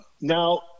now